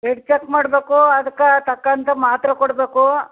blood check ಮಾಡಬೇಕು ಅದಕೆ ತಕ್ಕಂಥ ಮಾತ್ರೆ ಕೊಡಬೇಕು